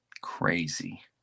Crazy